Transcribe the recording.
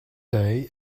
day